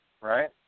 Right